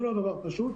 זה לא דבר פשוט,